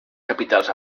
capitals